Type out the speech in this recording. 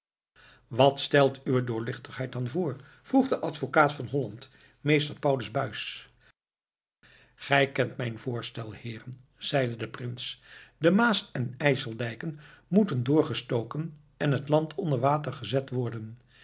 wat stelt uwe doorluchtigheid dan voor vroeg de advocaat van holland meester paulus buys gij kent mijn voorstel heeren zeide de prins de maas en ijseldijken moeten doorgestoken en het land onder water gezet worden